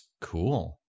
Cool